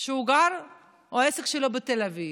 שהעסק שלו בתל אביב,